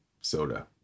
soda